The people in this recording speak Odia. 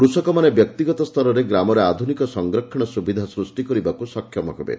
କୃଷକମାନେ ବ୍ୟକ୍ତିଗତ ସ୍ତରରେ ଗ୍ରାମରେ ଆଧୁନିକ ସଂରକ୍ଷଣ ସୁବିଧା ସୂଷ୍ କରିବାକୁ ସକ୍ଷମ ହେବେ